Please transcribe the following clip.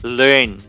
learn